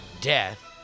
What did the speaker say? Death